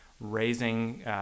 raising